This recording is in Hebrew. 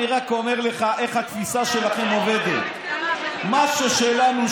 אני רק אומר לכם איך התפיסה שלכם עובדת: מה ששלנו,